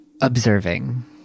observing